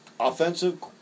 Offensive